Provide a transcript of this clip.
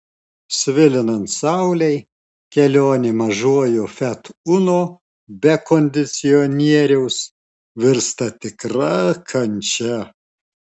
svilinant saulei kelionė mažuoju fiat uno be kondicionieriaus virsta tikra kančia